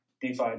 DeFi